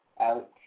out